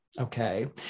Okay